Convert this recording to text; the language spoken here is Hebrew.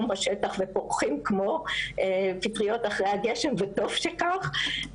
בשטח ופורחים כמו פטריות אחרי הגשם וטוב שכך,